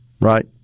Right